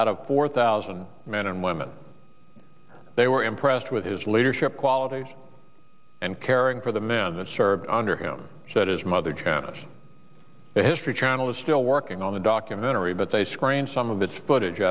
out of four thousand men and women they were impressed with his leadership qualities and caring for the men that served under him said his mother janice the history channel is still working on the documentary but they screened some of that footage